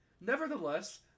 Nevertheless